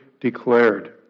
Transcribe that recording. declared